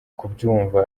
kubyumva